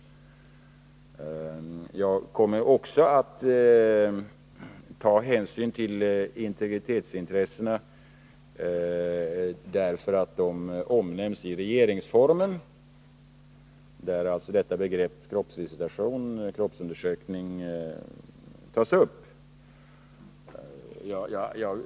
Jag kommer också att ta hänsyn till integritetsintressena eftersom de omnämns i regeringsformen, där alltså begreppet kroppsvisitation — kroppsundersökning — tas upp.